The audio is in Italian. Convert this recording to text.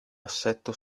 assetto